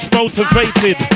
motivated